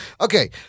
Okay